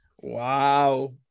wow